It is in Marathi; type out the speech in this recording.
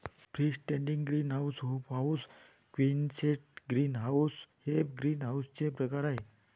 free standing greenhouse, hoop house, quonset greenhouse हे ग्रीनहाऊसचे प्रकार आहे